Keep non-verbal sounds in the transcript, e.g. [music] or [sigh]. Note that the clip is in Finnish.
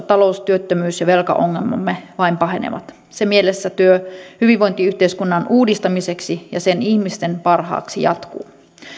[unintelligible] talous työttömyys ja velkaongelmamme vain pahenevat se mielessä työ hyvinvointiyhteiskunnan uudistamiseksi ja sen ihmisten parhaaksi jatkuu